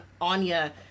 Anya